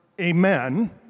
amen